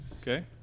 Okay